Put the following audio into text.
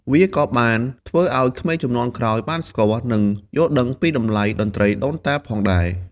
វាក៏បានធ្វើឲ្យ ក្មេងជំនាន់ក្រោយ បានស្គាល់ និងយល់ដឹងពីតម្លៃតន្ត្រីដូនតាផងដែរ។